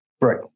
Right